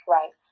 Right